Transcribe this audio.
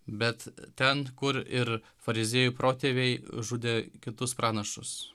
bet ten kur ir fariziejų protėviai žudė kitus pranašus